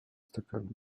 stockholm